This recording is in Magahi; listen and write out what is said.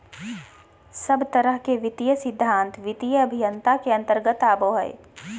सब तरह के वित्तीय सिद्धान्त वित्तीय अभयन्ता के अन्तर्गत आवो हय